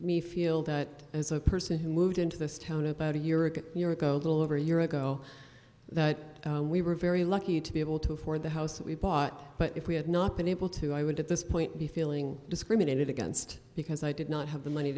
me feel that as a person who moved into this town about a year ago a year ago little over a year ago that we were very lucky to be able to afford the house that we bought but if we had not been able to i would at this point be feeling discriminated against because i did not have the money